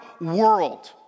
world